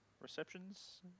Receptions